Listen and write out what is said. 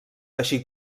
així